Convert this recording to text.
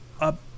up